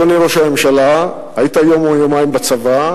אדוני ראש הממשלה: היית יום או יומיים בצבא,